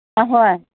ꯑꯍꯣꯏ